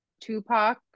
Tupac